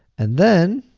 and then,